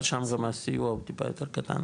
אבל שם הסיוע טיפה יותר קטן,